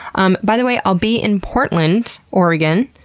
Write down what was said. um by the way, i'll be in portland, oregon,